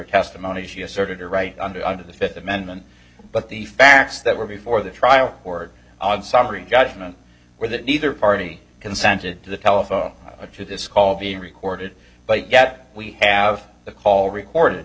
testimony she asserted her right under under the fifth amendment but the facts that were before the trial court summary judgment were that neither party consented to the telephone to this call being recorded but yet we have the call recorded